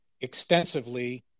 extensively